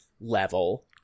level